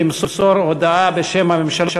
מס' מ/669,